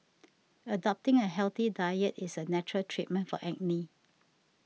adopting a healthy diet is a natural treatment for acne